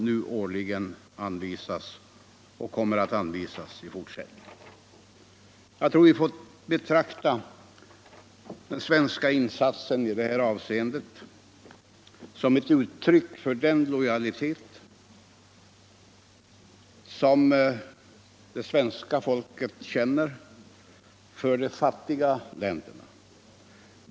Jag tror att vi får betrakta den svenska insatsen i det här avseendet som ett uttryck för den lojalitet som det svenska folket känner för de fattiga länderna.